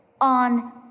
on